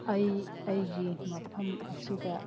ꯑꯩ ꯑꯩꯒꯤ ꯃꯐꯝ ꯑꯁꯤꯗ